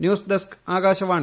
news desk Akashvani